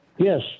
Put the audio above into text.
Yes